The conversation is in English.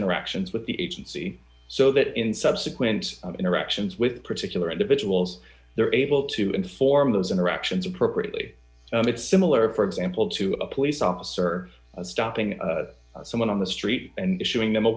interactions with the agency so that in subsequent interactions with particular individuals they're able to inform those interactions appropriately it's similar for example to a police officer stopped someone on the street and issuing them a